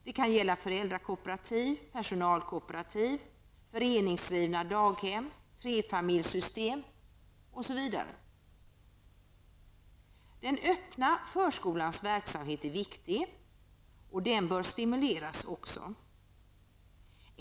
Det kan gälla föräldrakooperativ, personalkooperativ, föreningsdrivna daghem, trefamiljssystem osv. Den öppna förskolans verksamhet är viktig. Den bör också stimuleras.